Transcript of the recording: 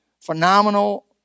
phenomenal